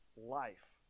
life